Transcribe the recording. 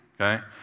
okay